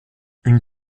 une